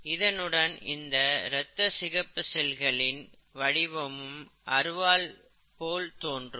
இதனுடன் இந்த ரத்த சிகப்பு செல்களின் வடிவமும் அருவாள் போல் தோன்றும்